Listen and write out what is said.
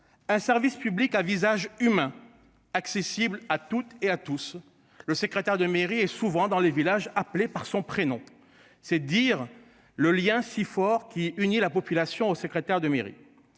un service public à visage humain. Accessible à toutes et à tous. Le secrétaire de mairie et souvent dans les villages appeler par son prénom. C'est dire le lien si fort qui unit la population au secrétaire de mairie.